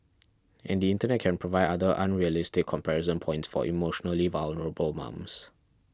and the Internet can provide other unrealistic comparison points for emotionally vulnerable mums